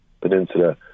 Peninsula